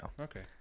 Okay